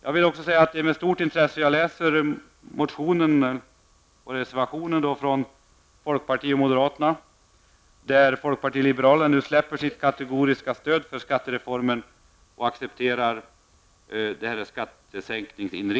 Jag vill också säga att det är med stort intresse som jag läser motionen och reservationen från folkpartiet och moderaterna, där folkpartiet liberalerna nu släpper sitt kategoriska stöd för skattereformen och accepterar moderaternas krav på skattesänkningar.